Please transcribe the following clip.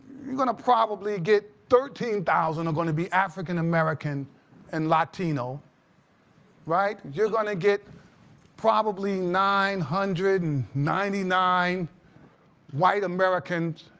you are going to probably get thirteen thousand are going to be african american and latino right? you are going to get probably nine hundred and ninety nine white americans,